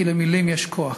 כי למילים יש כוח,